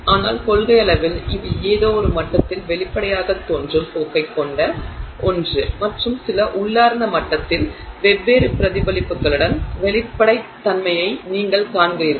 ஆனால் கொள்கையளவில் இது ஏதோ ஒரு மட்டத்தில் வெளிப்படையாகத் தோன்றும் போக்கைக் கொண்ட ஒன்று மற்றும் சில உள்ளார்ந்த மட்டத்தில் வெவ்வேறு பிரதிபலிப்புகளுடன் வெளிப்படைத்தன்மையை நீங்கள் காண்கிறீர்கள்